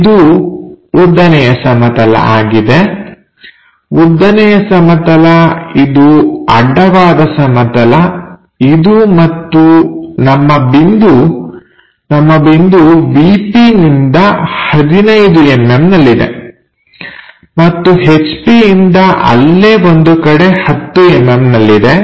ಇದು ಉದ್ದನೆಯ ಸಮತಲ ಆಗಿದೆ ಉದ್ದನೆಯ ಸಮತಲ ಇದು ಅಡ್ಡವಾದ ಸಮತಲ ಇದು ಮತ್ತು ನಮ್ಮ ಬಿಂದು ನಮ್ಮ ಬಿಂದು ವಿ ಪಿ ನಿಂದ 15mm ನಲ್ಲಿದೆ ಮತ್ತು ಹೆಚ್ ಪಿ ಇಂದ ಅಲ್ಲೇ ಒಂದು ಕಡೆ 10mm ನಲ್ಲಿದೆ